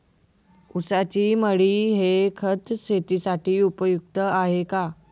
ऊसाची मळी हे खत शेतीसाठी उपयुक्त आहे का?